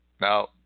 Now